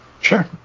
Sure